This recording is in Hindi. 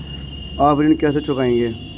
आप ऋण कैसे चुकाएंगे?